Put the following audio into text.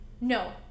No